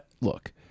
look